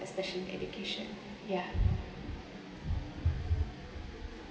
especially education yeah